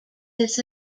this